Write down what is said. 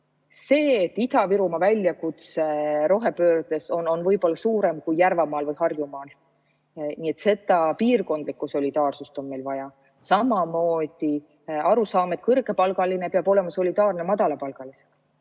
Ida-Virumaa väljakutse rohepöördes on võib-olla suurem kui Järvamaal või Harjumaal. Nii et seda piirkondade solidaarsust on meil vaja. Ja samamoodi [on vaja] arusaama, et kõrgepalgaline peab olema solidaarne madalapalgalisega.